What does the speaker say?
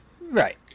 Right